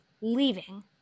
leaving